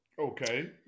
Okay